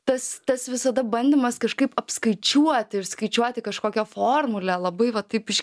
tas tas visada bandymas kažkaip apskaičiuot ir skaičiuoti kažkokią formulę labai va taip iš